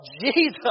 Jesus